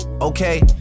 Okay